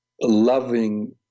loving